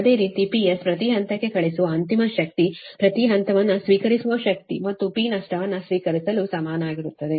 ಅದೇ ರೀತಿ PS ಪ್ರತಿ ಹಂತಕ್ಕೆ ಕಳುಹಿಸುವ ಅಂತಿಮ ಶಕ್ತಿ ಪ್ರತಿ ಹಂತವನ್ನು ಸ್ವೀಕರಿಸುವ ಶಕ್ತಿ ಮತ್ತು P ನಷ್ಟವನ್ನು ಸ್ವೀಕರಿಸಲು ಸಮಾನವಾಗಿರುತ್ತದೆ